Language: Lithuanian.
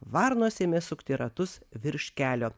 varnos ėmė sukti ratus virš kelio